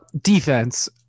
defense